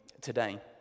today